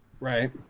right